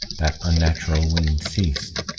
that unnatural wind ceased,